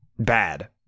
Bad